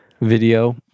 video